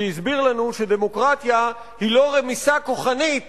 שהסביר לנו שדמוקרטיה היא לא רמיסה כוחנית